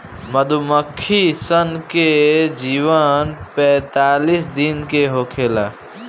मधुमक्खी सन के जीवन पैतालीस दिन के होखेला